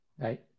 Right